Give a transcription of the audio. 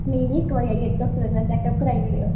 नेईं नेईं इक्क बारी दस्सेओ ते चैक कराई ओड़ेओ